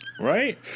Right